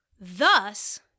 Thus